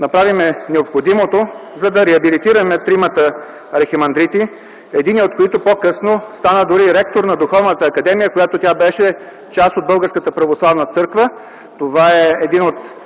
направим необходимото, за да реабилитираме тримата архимандрити – единият от които по-късно стана дори ректор на Духовната академия, когато тя беше част от Българската православна църква, това е един от